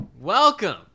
welcome